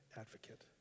advocate